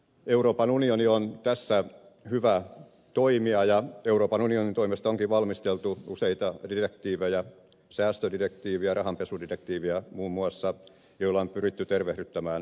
euroopan unioni on tässä hyvä toimija ja euroopan unionin toimesta onkin valmisteltu useita direktiivejä säästödirektiivi ja rahanpesudirektiivi muun muassa joilla on pyritty tervehdyttämään tilannetta